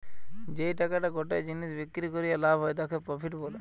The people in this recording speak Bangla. যেই টাকাটা গটে জিনিস বিক্রি করিয়া লাভ হয় তাকে প্রফিট বলে